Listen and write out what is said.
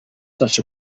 such